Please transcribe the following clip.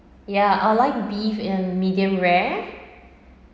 ya I'd like beef in medium rare